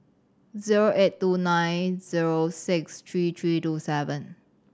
zero eight two nine zero six three three two seven